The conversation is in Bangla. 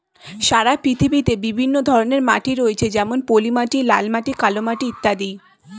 সারা পৃথিবীতে বিভিন্ন ধরনের মাটি রয়েছে যেমন পলিমাটি, লাল মাটি, কালো মাটি ইত্যাদি